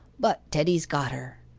but teddy's got her.